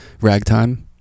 ragtime